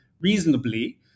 reasonably